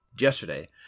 yesterday